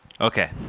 Okay